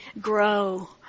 grow